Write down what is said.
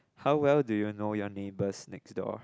how well do you know your neighbours next door